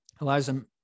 Eliza